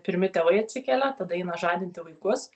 pirmi tėvai atsikelia tada eina žadinti vaikus